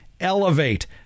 elevate